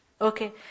Okay